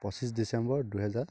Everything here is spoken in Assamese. পঁচিছ ডিচেম্বৰ দুহেজাৰ